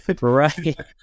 right